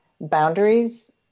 boundaries